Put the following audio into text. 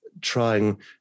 trying